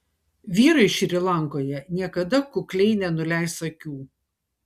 vyrai šri lankoje niekada kukliai nenuleis akių